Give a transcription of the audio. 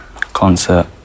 concert